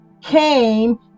came